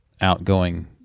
outgoing